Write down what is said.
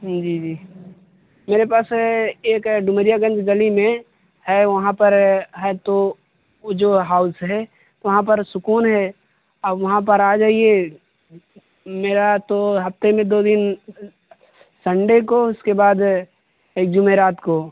جی جی میرے پاس ایک ڈمریا گنج گلی میں ہے وہاں پر ہے تو وہ جو ہاؤس ہے وہاں پر سکون ہے آپ وہاں پر آ جائیے میرا تو ہفتے میں دو دن سنڈے کو اس کے بعد ایک جمعرات کو